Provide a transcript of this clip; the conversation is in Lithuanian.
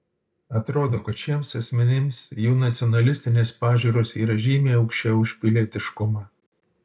atrodo kad šiems asmenims jų nacionalistinės pažiūros yra žymiai aukščiau už pilietiškumą